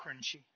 crunchy